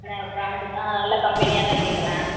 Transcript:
என்ன ப்ராண்டுனால் நல்ல கம்பெனியாக தான் கேட்குறேன்